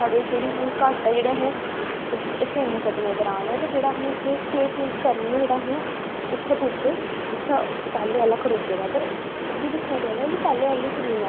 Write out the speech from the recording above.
TV सुनी लेंदे ना ज्यादातर साढ़े इत्थै डोगरी गे बोलदे ना ते डोगरी चैनल बडे़ ज्यादा ना ते डोगरी गै बोलदे ना लोक बुड्ढे बी जिंनें गी आसान समझना जां